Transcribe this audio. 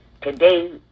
Today